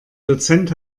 dozent